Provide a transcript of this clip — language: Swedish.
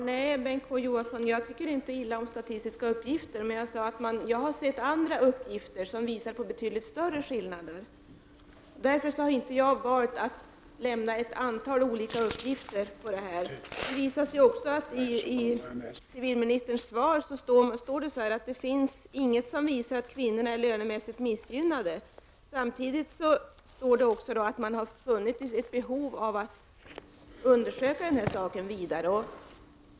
Herr talman! Nej, jag tycker inte illa om statistiska uppgifter, Bengt K Å Johansson. Jag sade att jag har sett andra uppgifter som visar på betydligt större skillnader, och därför har jag valt att inte lämna ett antal olika uppgifter. I civilministerns svar står att det inte finns någonting som visar att kvinnorna är lönemässigt missgynnade, men det står också att man har funnit ett behov av att undersöka saken vidare.